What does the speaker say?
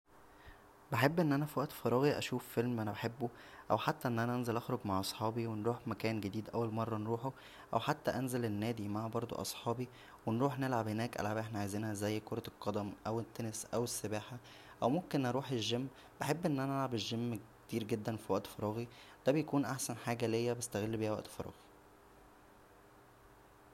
بحب ان انا فوقت فراغى اشوف فيلم انا بحبه او حتى ان انا انزل اخرج مع صحابى ونروح مكان جديد اول مره نروحه او حتى انزل النادى مع برضو اصحابى و نروح نلعب هناك العاب احنا عايزنها زى كرة القدم او التنس او السباحه او ممكن اروح الجيم بحب ان انا العب الجيم كتير جدا فوقت فراغى دا بيكون احسن حاجه ليا بستغل بيها وقت فراغى